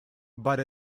but